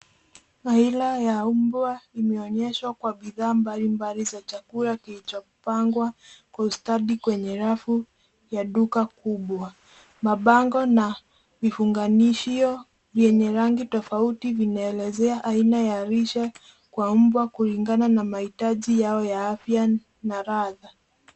Aila ya mbwa imeonyeshwa kwa bidhaa mbalimbali za chakula kilichopangwa kwa ustadi kwenye rafu ya duka kubwa. Mabango na vifunganishio vyenye rangi tofauti vinaelezea aina ya lishe kwa mbwa kulingana na mahitaji yao ya afya na ladha.